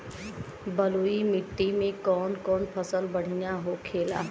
बलुई मिट्टी में कौन कौन फसल बढ़ियां होखेला?